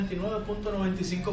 99.95